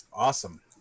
Awesome